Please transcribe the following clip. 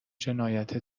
جنایت